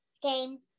Games